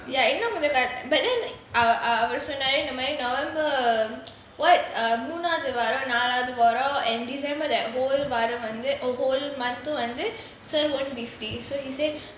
ya அவரு சொன்னாரு இந்த மாதிரி மூணாவது வாரம் நாலாவது வாரம்:avaru sonnaru intha maathiri moonaavathu vaaram naalavathu vaaram but then uh uh november [what] um and december that whole whole month வந்து:vanthu sir won't be free so he say